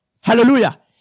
Hallelujah